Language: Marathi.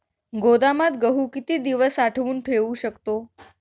गोदामात गहू किती दिवस साठवून ठेवू शकतो?